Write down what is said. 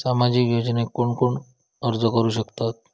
सामाजिक योजनेक कोण कोण अर्ज करू शकतत?